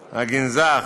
'הגנזך',